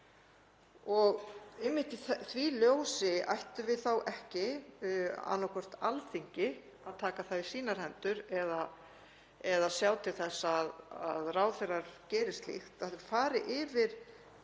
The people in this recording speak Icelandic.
Einmitt í því ljósi, ætti þá ekki annaðhvort Alþingi að taka það í sínar hendur eða að sjá til þess að ráðherrar geri slíkt, að þau fari yfir